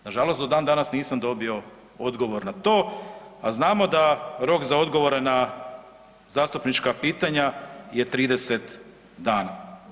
Nažalost do dan danas nisam dobio odgovor na to, a znamo da rok za odgovore na zastupnička pitanja je 30 dana.